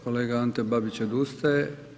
Kolega Ante Babić odustaje.